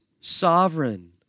sovereign